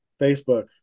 Facebook